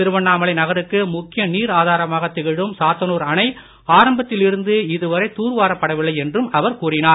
திருவண்ணாமலை நகருக்கு முக்கிய நீர் ஆதாரமாக திகழும் சாத்தனூர் அணை ஆரம்பத்தில் இருந்து இதுவரை தூர்வாரப் படவில்லை என்றும் அவர் கூறினார்